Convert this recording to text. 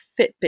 Fitbit